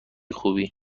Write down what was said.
خوبی